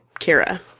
Kira